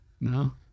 no